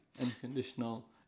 unconditional